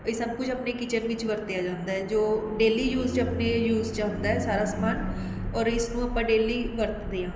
ਇਹ ਸਭ ਕੁਝ ਆਪਣੇ ਕਿਚਨ ਵਿੱਚ ਵਰਤਿਆ ਜਾਂਦਾ ਏ ਜੋ ਡੇਲੀ ਯੂਜ਼ 'ਚ ਆਪਣੇ ਯੂਜ਼ 'ਚ ਆਉਂਦਾ ਹੈ ਸਾਰਾ ਸਮਾਨ ਔਰ ਇਸ ਨੂੰ ਆਪਾਂ ਡੇਲੀ ਵਰਤਦੇ ਹਾਂ